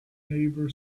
neighbor